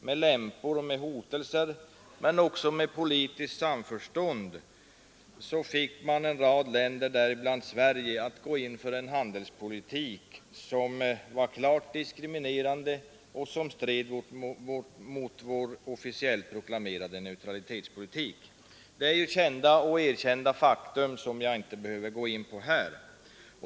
Med lämpor och hotelser men också i politiskt samförstånd fick man en rad länder, däribland Sverige, att gå in för en handelspolitik, som var klart diskriminerande och som stred mot vår officiellt proklamerade neutralitetspolitik. Det är kända och erkända fakta, som jag inte behöver gå in på.